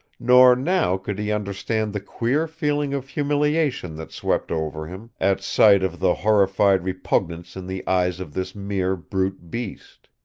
nor now could he understand the queer feeling of humiliation that swept over him at sight of the horrified repugnance in the eyes of this mere brute beast.